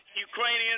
Ukrainians